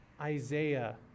Isaiah